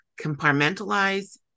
compartmentalize